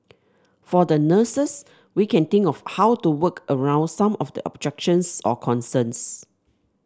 for the nurses we can think of how to work around some of the objections or concerns